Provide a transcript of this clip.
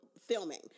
Filming